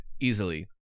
Easily